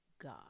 God